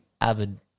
avid